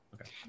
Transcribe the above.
okay